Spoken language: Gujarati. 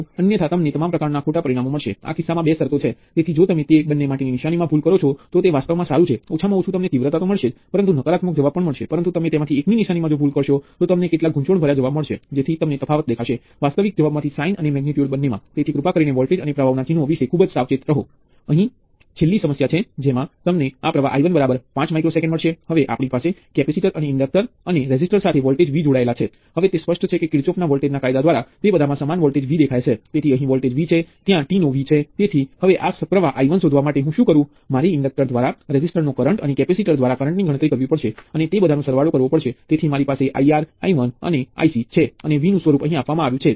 તેથી સામાન્ય રીતે જો તમારી પાસે સીરિઝ માં V1 V2 માં સંખ્યાબંધ વોલ્ટેજ સ્રોત છે અને હું તે બધા ને VN તરીકે બતાવીશ V1 થી V2 તરીકે ચોખ્ખી વોલ્ટેજVN તરફ તેથી સીરિઝ કનેક્શન વોલ્ટેજ સ્ત્રોત સમાન વોલ્ટેજ સ્ત્રોત ની જેમ વર્તે છે કારણ કે આપણે જોઈએ છીએ કે આ Vxનુ અહીં નિશ્ચિત મૂલ્ય છે તે પ્રવાહ પર આધારિત નથી તેથી Vx એ V1 V2 ની બરાબર છે